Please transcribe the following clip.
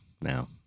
now